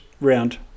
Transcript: round